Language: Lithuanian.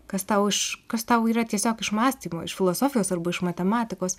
kas tau iš kas tau yra tiesiog iš mąstymo iš filosofijos arba iš matematikos